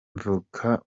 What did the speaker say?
mvuka